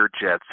jets